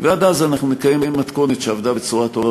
ועד אז אנחנו נקיים מתכונת שעבדה בצורה טובה